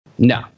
no